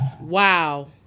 Wow